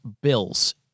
Bills